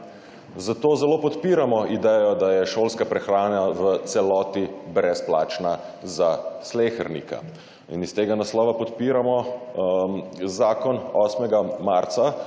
Zato zelo podpiramo idejo, da je šolska prehrana v celoti brezplačna za slehernika in iz tega naslova podpiramo zakon Inštituta